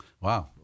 Wow